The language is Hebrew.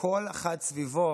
כשכל אחד סביבו